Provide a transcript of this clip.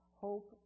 hope